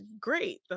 great